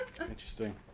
Interesting